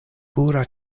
pura